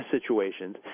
situations